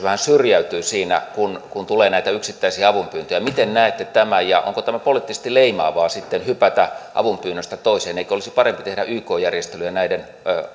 vähän syrjäytyvät siinä kun kun tulee näitä yksittäisiä avunpyyntöjä miten näette tämän ja onko tämä poliittisesti leimaavaa sitten hypätä avunpyynnöstä toiseen eikö olisi parempi tehdä yk järjestelyjä